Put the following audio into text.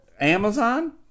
Amazon